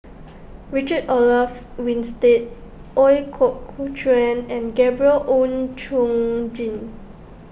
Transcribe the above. Richard Olaf Winstedt Ooi Kok Chuen and Gabriel Oon Chong Jin